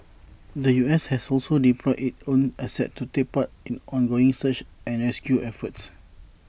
the U S has also deployed its own assets to take part in ongoing search and rescue efforts